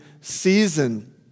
season